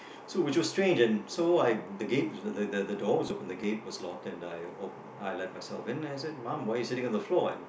so which was strange and so I the gate the the the door was open the gate was locked and I I let myself in and I said mom why are you sitting on the floor and